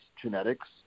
genetics